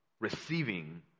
receiving